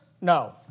No